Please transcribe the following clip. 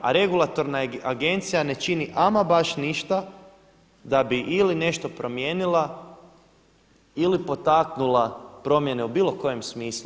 A regulatorna agencija ne čini ama baš ništa da bi ili nešto promijenila ili potaknula promjene u bilo kojem smislu.